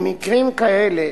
במקרים כאלה,